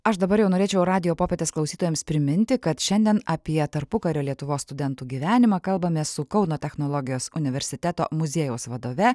aš dabar jau norėčiau radijo popietės klausytojams priminti kad šiandien apie tarpukario lietuvos studentų gyvenimą kalbamės su kauno technologijos universiteto muziejaus vadove